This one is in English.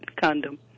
condom